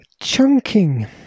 chunking